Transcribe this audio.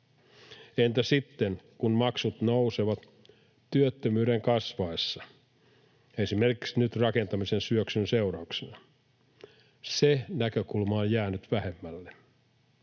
Entä sitten, kun maksut nousevat työttömyyden kasvaessa, esimerkiksi nyt rakentamisen syöksyn seurauksena? Se näkökulma on jäänyt vähemmälle.